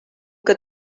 que